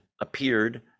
appeared